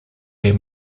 their